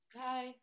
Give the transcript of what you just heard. Hi